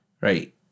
right